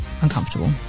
uncomfortable